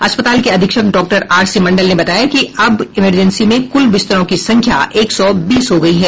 अस्पताल के अधीक्षक डाक्टर आरसी मंडल ने बताया कि अब इमरजेंसी में कुल बिस्तरों की संख्या एक सौ बीस हो गयी है